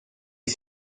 hay